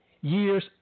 years